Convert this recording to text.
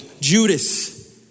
Judas